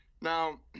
Now